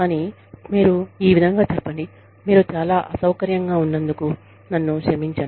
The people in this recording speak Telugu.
కానీ మీరు ఈ విధంగా చెప్పండి మీరు చాలా అసౌకర్యంగా ఉన్నందుకు నన్ను క్షమించండి